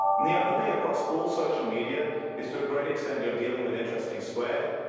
and the other thing across all social media is to a great extent you're dealing with interesting squared.